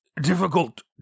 difficult